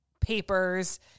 papers